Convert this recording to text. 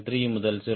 3 முதல் 0